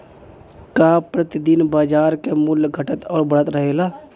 का प्रति दिन बाजार क मूल्य घटत और बढ़त रहेला?